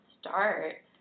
start